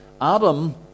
Adam